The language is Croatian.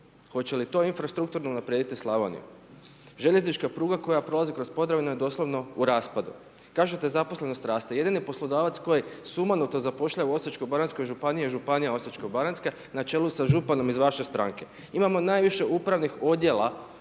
Hoće li to infrastrukturno unaprijediti Slavoniju? Željeznička pruga koja prolazi kroz Podravinu je doslovno u raspadu. Kažete da zaposlenost raste. Jedini poslodavac koji sumanuto zapošljava u Osječkoj baranjskoj županiji, je županija Osječko baranjska na čelu sa županom iz vaše stanke. Imamo najviše upravnih odjela